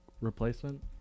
replacement